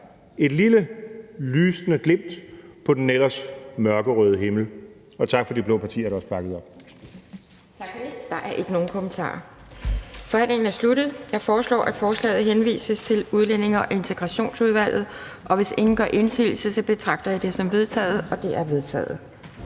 et lille, lysende glimt på den ellers mørkerøde himmel. Og tak til de blå partier, der også bakkede op.